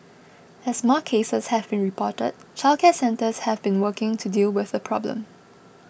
as more cases have been reported childcare centres have been working to deal with the problem